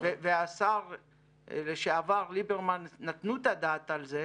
והשר לשעבר ליברמן נתן את הדעת על זה.